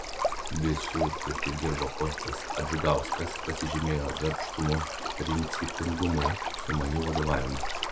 visur kur tik dirbo kostas adžgauskas pasižymėjo darbštumu principingumu sumaniu vadovavimu